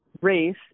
race